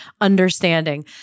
understanding